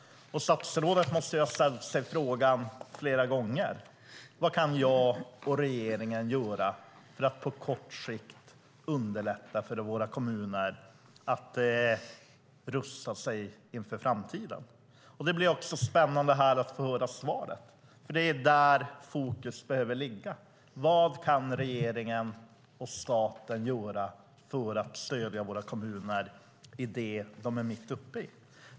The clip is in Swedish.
Och statsrådet måste ju ha ställt sig frågan flera gånger: Vad kan jag och regeringen göra för att på kort sikt underlätta för våra kommuner att rusta sig inför framtiden? Det blir spännande att här få höra svaret, för det är där fokus behöver ligga: Vad kan regeringen och staten göra för att stödja våra kommuner i det som de är mitt uppe i.